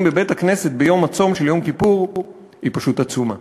בבית-הכנסת ביום הצום של יום כיפור היא פשוט עצומה.